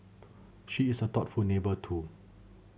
she is a thoughtful neighbour too